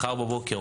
מחר בבוקר,